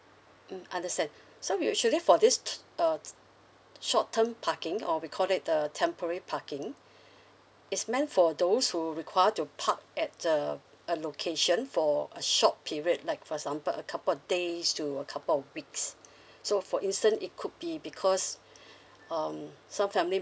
mm understand so we actually for this t~ uh t~ short term parking or we called it a temporary parking it's meant for those who required to park at uh a location for a short period like for example a couple of days to a couple of weeks so for instant it could be because um some family